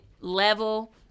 level